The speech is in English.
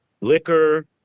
liquor